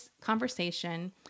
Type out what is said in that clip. conversation